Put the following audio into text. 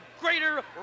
greater